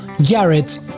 Garrett